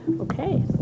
Okay